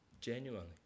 Genuinely